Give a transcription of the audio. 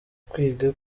kwiga